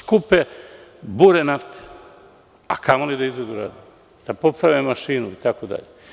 Još kupe bure nafte, a kamoli da izvedu radove, da poprave mašinu itd.